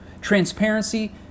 Transparency